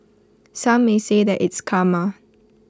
some may say that it's karma